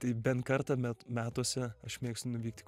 tai bent kartą met metuose aš mėgstu nuvykti į